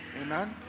amen